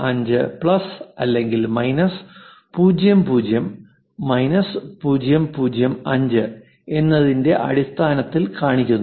5 plus അല്ലെങ്കിൽ minus 00 minus 005 എന്നതിന്റെ അടിസ്ഥാനത്തിൽ കാണിക്കുന്നു